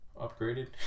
upgraded